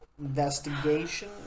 Investigation